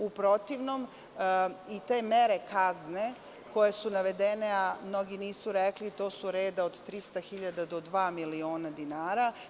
U protivnom, te mere kazne koje su navedene, a mnogi nisu rekli, su od 300.000 do dva miliona dinara.